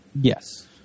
Yes